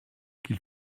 qu’il